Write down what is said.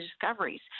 discoveries